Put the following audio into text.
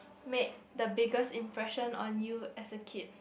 made the biggest impression on you as a kid